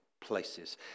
places